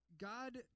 God